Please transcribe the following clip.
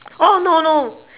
oh no no